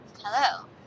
Hello